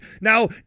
Now